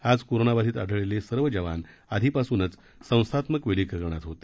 आज कोरोनाबाधित आढळलेले सर्व जवान आधीपासूनच संस्थात्मक विलगीकरणात होते